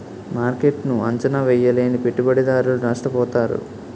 మార్కెట్ను అంచనా వేయలేని పెట్టుబడిదారులు నష్టపోతారు